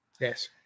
Yes